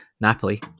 Napoli